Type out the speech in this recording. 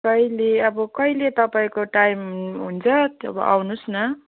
कहिले अब कहिले तपाईँको टाइम हुन्छ तब आउनुहोस् न